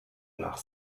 nach